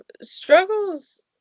struggles